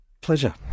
Pleasure